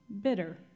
bitter